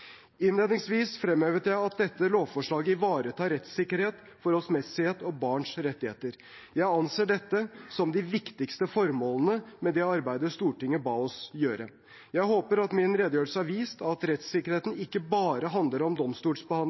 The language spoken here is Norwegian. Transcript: Innledningsvis fremhevet jeg at dette lovforslaget ivaretar rettssikkerhet, forholdsmessighet og barns rettigheter. Jeg anser dette som de viktigste formålene med det arbeidet Stortinget ba oss gjøre. Jeg håper at min redegjørelse har vist at rettssikkerheten ikke bare handler om domstolsbehandling